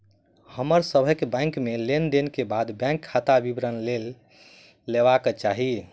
हमर सभ के बैंक में लेन देन के बाद बैंक खाता विवरण लय लेबाक चाही